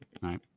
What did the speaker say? right